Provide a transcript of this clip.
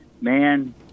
man